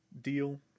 deal